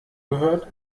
gehört